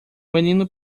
menino